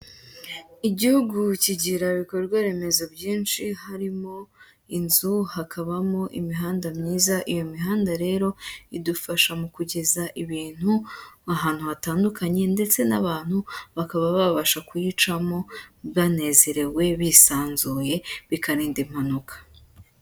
Igihugu kigira ibikorwa remezo byinshi harimo inzu, hakabamo imihanda myiza, iyo mihanda rero idufasha mu kugeza ibintu ahantu hatandukanye, ndetse n'abantu bakaba babasha kuyicamo banezerewe, bisanzuye, bikarinda impanuka.